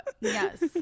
Yes